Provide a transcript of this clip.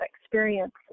experience